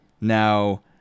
now